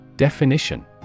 Definition